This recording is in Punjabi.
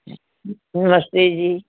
ਨਮਸਤੇ ਜੀ